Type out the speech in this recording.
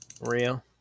Real